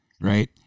Right